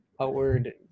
outward